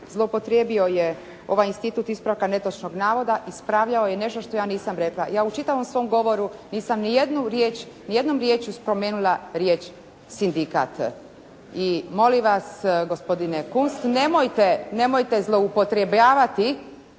zloupotrijebio je ovaj institut ispravka netočnog navoda, ispravljao je nešto što ja nisam rekla. Ja u čitavom svom govoru nisam ni jednom riječju spomenula riječ sindikat i molim vas gospodine Kunst, nemojte zloupotrebljavati,